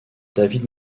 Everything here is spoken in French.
david